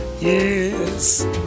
Yes